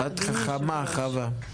את חכמה, חווה.